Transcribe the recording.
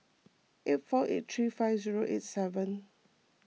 eight four eight three five zero eight seven